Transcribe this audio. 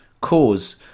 cause